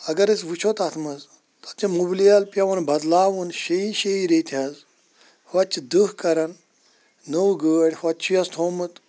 اگر أسۍ وٕچھو تتھ منٛز تَتھ چھُ مُبلیل پٮ۪وان بَدلاوُن شیٚیہِ شیٚیہِ ریٚتہِ حَظ ہوٚتہِ چھِ دہ کَران نٕو گٲڑۍ ہوٚتہِ چھِ یَس تھومُت